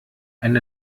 eine